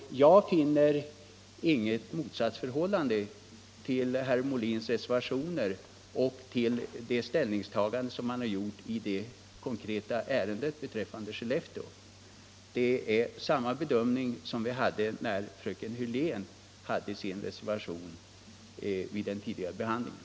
Jag finner inget motsatsförhållande mellan herr Molins reservation och det ställningstagande som han gjort i det konkreta ärendet beträffande Skellefteå. Det är samma bedömning som fröken Hörlén gjorde i sin reservation vid den tidigare utskottsbehandlingen.